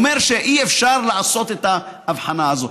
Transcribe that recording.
אומר שאי-אפשר לעשות את ההבחנה הזאת.